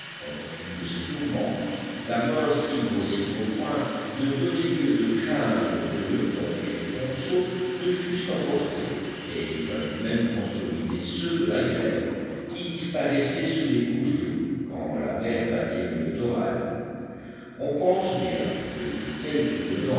pendant une de ces tourmentes la mercy grossit au point de donner lieu de craindre que le pont et les ponceaux ne fussent emportés et il fallut même consolider ceux de la grève qui disparaissaient sous les couches d'eau quand la mer battait le littoral on pense bien que de tels coups de